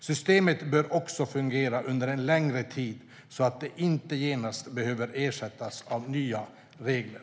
Systemet bör också fungera under en längre tid så att det inte genast behöver ersättas av nya regler.